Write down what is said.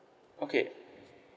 okay